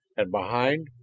and behind,